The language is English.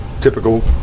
Typical